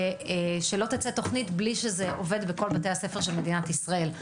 ושלא תצא תוכנית בלי שזה עובד בכל בתי הספר של מדינת ישראל.